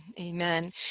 Amen